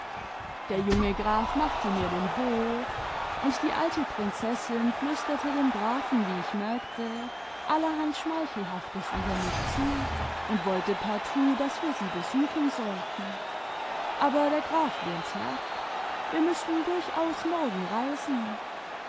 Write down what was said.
der junge graf machte mir den hof und die alte prinzessin flüsterte dem grafen wie ich merkte allerhand schmeichelhaftes über mich zu und wollte partout daß wir sie besuchen sollten aber der graf lehnte ab wir müßten durchaus morgen reisen